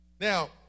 Now